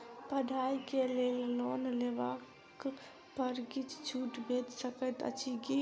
पढ़ाई केँ लेल लोन लेबऽ पर किछ छुट भैट सकैत अछि की?